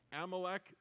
Amalek